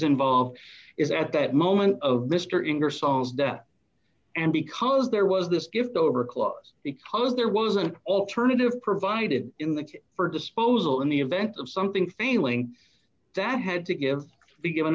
involved is at that moment of mr ingersoll death and because there was this gift over a clause because there was an alternative provided in the case for disposal in the event of something failing that had to give the given